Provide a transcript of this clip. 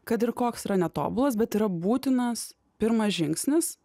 kad ir koks yra netobulas bet yra būtinas pirmas žingsnis